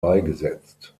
beigesetzt